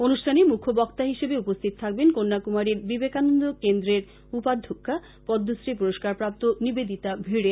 অনুষ্ঠানে মৃখ্য বক্তা হিসেবে উপস্থিত থাকবেন কন্যাকুমারীর বিবেকানন্দ কেন্দ্রের উপাধ্যক্ষা পদ্মশ্রী পুরষ্কারপ্রাপ্ত নিবেদিতা ভিড়ে